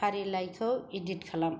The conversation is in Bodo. फारिलाइलायखौ इडिट खालाम